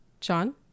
John